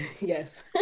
Yes